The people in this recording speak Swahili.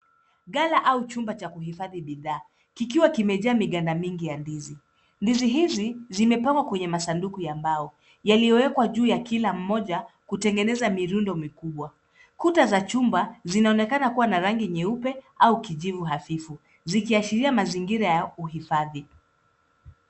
Gala au chumba cha kuhifadhi bidhaa kikiwa kimejaa miganda mingi ya ndizi. Ndizi hizi zimepangwa kwa masanduku ya mbao yaliyowekwa juu ya kila moja kutengeneza mirundo mikubwa. Kuta za chumba zinaonekana kuwa na rangi nyeupe au kijivu hafifu zikiashiria mazingira ya uhifadhi.